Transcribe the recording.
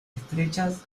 estrechas